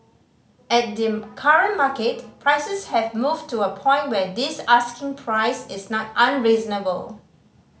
at the current market prices have moved to a point where this asking price is not unreasonable